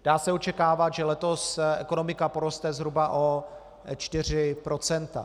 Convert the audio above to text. Dá se očekávat, že letos ekonomika poroste zhruba o 4 %.